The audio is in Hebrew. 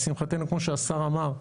לשמחתנו כמו שהשר אמר,